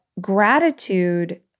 gratitude